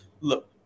look